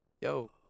yo